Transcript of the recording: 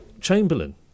Chamberlain